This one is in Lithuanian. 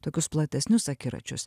tokius platesnius akiračius